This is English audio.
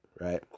right